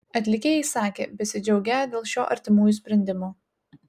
atlikėjai sakė besidžiaugią dėl šio artimųjų sprendimo